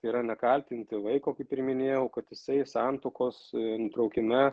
tai yra nekaltinti vaiko kaip ir minėjau kad jisai santuokos nutraukime